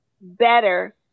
better